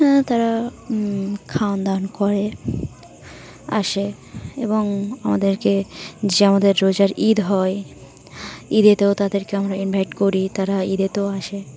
হ্যাঁ তারা খাওয়ান দওয়ান করে আসে এবং আমাদেরকে যে আমাদের রোজার ঈদ হয় ঈদেতেও তাদেরকে আমরা ইনভাইট করি তারা ঈদেতেও আসে